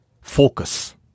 Focus